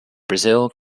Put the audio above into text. brazil